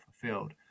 fulfilled